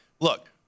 look